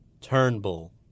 Turnbull